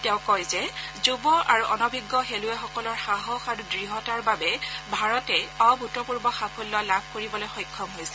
তেওঁ কয় যে যুৱ আৰু অনভিজ্ঞ খেলুৱৈসকলৰ সাহস আৰু দৃঢ়তাৰ বাবে ভাৰতে অভূতপূৰ্ব সাফল্য লাভ কৰিবলৈ সমৰ্থ হৈছে